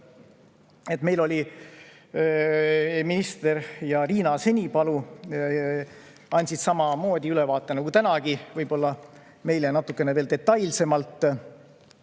Meile andsid minister ja Riina Senipalu samamoodi ülevaate nagu tänagi, võib-olla meile natukene detailsemalt.